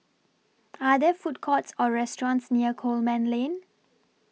Are There Food Courts Or restaurants near Coleman Lane